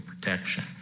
protection